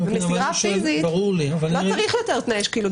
במסירה פיזית לא צריך יותר תנאי שקילות.